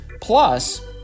plus